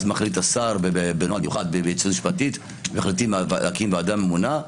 אז מחליט השר בנוהל מיוחד להקים ועדה ממונה,